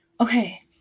okay